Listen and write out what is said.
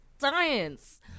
Science